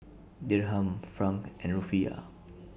Dirham Franc and Rufiyaa